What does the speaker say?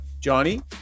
Johnny